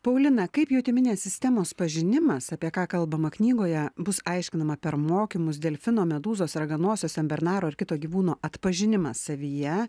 paulina kaip jutiminės sistemos pažinimas apie ką kalbama knygoje bus aiškinama per mokymus delfino medūzos raganosio senbernaro ar kito gyvūno atpažinimą savyje